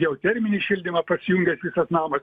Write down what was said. geoterminį šildymą pasijungęs visas namas